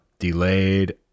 delayed